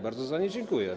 Bardzo za nie dziękuję.